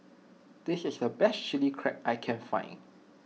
this is the best Chili Crab that I can find